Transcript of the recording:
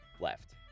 left